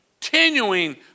continuing